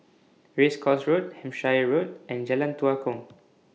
Race Course Road Hampshire Road and Jalan Tua Kong